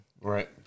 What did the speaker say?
Right